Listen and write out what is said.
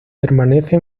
permanece